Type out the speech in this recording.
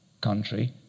country